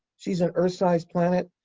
she's an earth-sized planet.